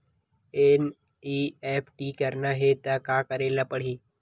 NEFT करना हे त का करे ल पड़हि?